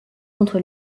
contre